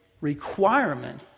requirement